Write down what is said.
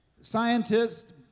scientists